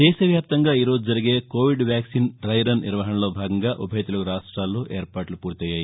దేశవ్యాప్తంగా ఈరోజు జరిగే కోవిడ్ వ్యాక్సిన్ ద్రై రన్ నిర్వహణలో భాగంగా ఉభయ తెలుగు రాష్టాలోనూ ఏర్పాట్లు పూర్తయ్యాయి